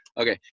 Okay